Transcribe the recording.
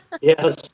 Yes